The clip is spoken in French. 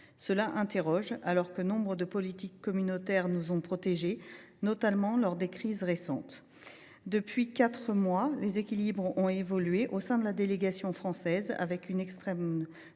de surprendre, alors que nombre de politiques communautaires nous ont protégés, notamment lors des crises récentes. Depuis quatre mois, les équilibres ont évolué au sein de la délégation française, avec une extrême droite